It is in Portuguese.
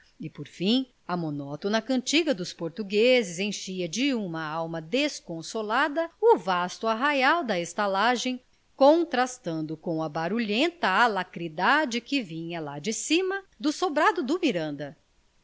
e por fim a monótona cantiga dos portugueses enchia de uma alma desconsolada o vasto arraial da estalagem contrastando com a barulhenta alacridade que vinha lá de cima do sobrado do miranda